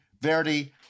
Verdi